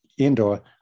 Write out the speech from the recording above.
Indoor